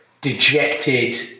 dejected